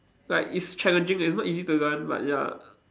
like it's challenging and it's not easy to learn but ya